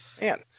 man